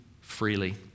freely